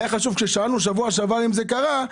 היה חשוב כששאלו שבוע שעבר אם זה קרה,